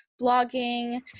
blogging